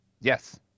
yes